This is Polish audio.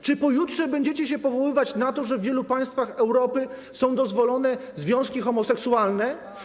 Czy pojutrze będziecie się powoływać na to, że w wielu państwach Europy są dozwolone związki homoseksualne?